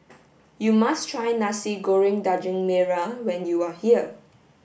you must try Nasi Goreng Daging Merah when you are here